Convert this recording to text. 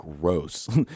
gross